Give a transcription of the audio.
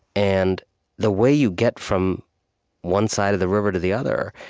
and the way you get from one side of the river to the other,